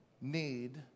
need